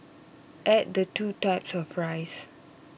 add the two types of rice